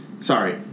Sorry